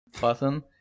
button